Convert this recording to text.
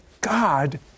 God